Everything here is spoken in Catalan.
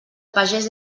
pagès